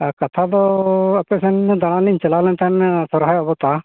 ᱟᱨ ᱠᱟᱛᱷᱟ ᱫᱚ ᱟᱯᱮ ᱥᱮᱱ ᱫᱟᱬᱟᱱ ᱞᱤᱧ ᱪᱟᱞᱟᱣ ᱞᱮᱱ ᱛᱟᱦᱮᱱ ᱥᱚᱦᱨᱟᱭ